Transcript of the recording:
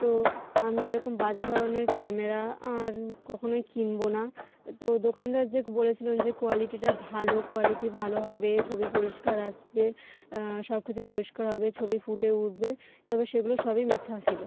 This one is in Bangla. তো আমি এরকম বাজে ধরনের ক্যামেরা আর কখনোই কিনব না তো দোকানদার যে বলেছিলেন যে কোয়ালিটিটা ভালো কোয়ালিটি ভালো হবে ছবি পরিষ্কার আসবে সব কিছু পরিষ্কার হবে ছবি ফুটে উঠবে তবে সেগুলো সবই মিথ্যা ছিল